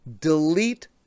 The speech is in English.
delete